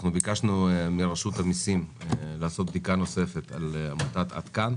ביקשנו מנציגי רשות המיסים לעשות בדיקה נוספת לגבי עמותת "עד כאן"